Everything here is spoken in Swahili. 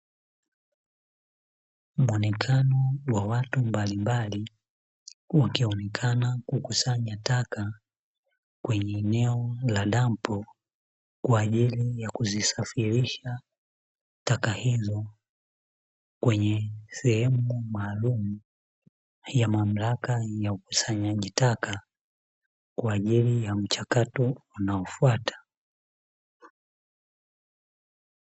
Muonekano wa watu mbalimbali wakionekana kukusanya taka kwenye eneo la dampo, kwa ajili ya kuzisafirisha taka hizo kwenye sehemu kuu maalumu ya mamlaka ya ukusanyaji taka kwa ajili ya mchakato unaofuata.